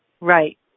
Right